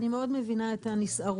אני מאוד מבינה את הנסערוּת